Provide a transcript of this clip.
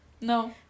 no